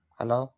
hello